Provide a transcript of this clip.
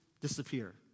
disappear